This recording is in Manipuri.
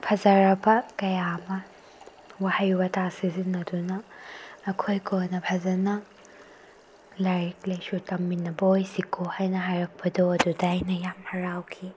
ꯐꯖꯔꯕ ꯀꯌꯥ ꯑꯃ ꯋꯥꯍꯩ ꯋꯥꯇꯥ ꯁꯤꯖꯤꯟꯅꯗꯨꯅ ꯑꯩꯈꯣꯏ ꯀꯣꯟꯅ ꯐꯖꯅ ꯂꯥꯏꯔꯤꯛ ꯂꯥꯏꯁꯨ ꯇꯝꯃꯤꯟꯅꯕ ꯑꯣꯏꯁꯤꯀꯣ ꯍꯥꯏꯅ ꯍꯥꯏꯔꯛꯄꯗꯣ ꯑꯗꯨꯗ ꯑꯩꯅ ꯌꯥꯝꯅ ꯍꯔꯥꯎꯈꯤ